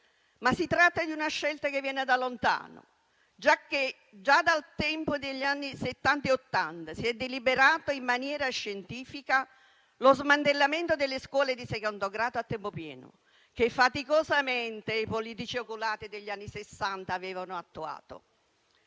Ma si tratta di una scelta che viene da lontano, giacché già dal tempo degli anni Settanta e Ottanta si è deliberato in maniera scientifica lo smantellamento delle scuole di secondo grado a tempo pieno, che faticosamente i politici oculati degli anni Sessanta avevano attuato.